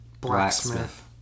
Blacksmith